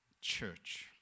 church